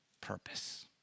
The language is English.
purpose